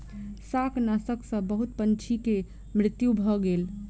शाकनाशक सॅ बहुत पंछी के मृत्यु भ गेल